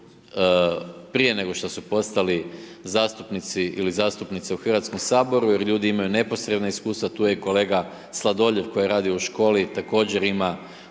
prije nego što su postali zastupnici ili zastupnice u HS jer ljudi imaju neposredna iskustva. Tu je i kolega Sladoljev koji je radio u školi. Također ima